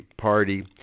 party